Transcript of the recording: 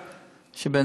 כוונתו היא שאין